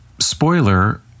Spoiler